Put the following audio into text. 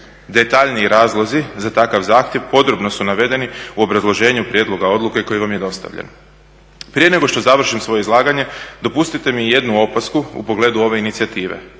Detaljniji razlozi za takav zahtjev … su navedeni u obrazloženju prijedloga odluke koji vam je dostavljen. Prije nego što završim svoje izlaganje, dopustite mi jednu opasku u pogledu ove inicijative.